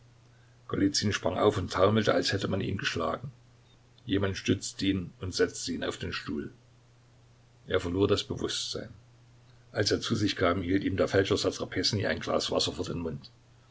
sprang auf und taumelte als hätte man ihn geschlagen jemand stützte ihn und setzte ihn auf den stuhl er verlor das bewußtsein als er zu sich kam hielt ihm der feldscher satrapensnyj ein glas wasser vor den mund